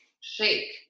shake